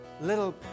little